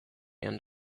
end